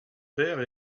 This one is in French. père